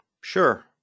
Sure